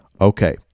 Okay